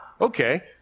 okay